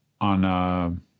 On